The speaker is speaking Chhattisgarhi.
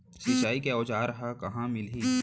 सिंचाई के औज़ार हा कहाँ मिलही?